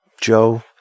Joe